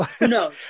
no